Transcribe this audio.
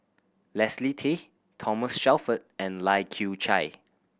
Leslie Tay Thomas Shelford and Lai Kew Chai